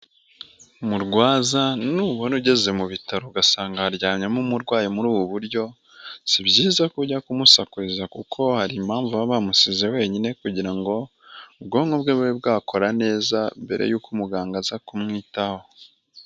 Murwaza nubona ugeze mu bitaro ugasanga haryamyemo umurwayi muri ubu buryo, si byiza ko ujya kumusakuriza kuko hari impamvu baba bamusize wenyine kugira ngo ubwonko bwe bube bwakora neza mbere y'uko umuganga aza kumwitaho.